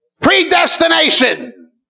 Predestination